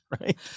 Right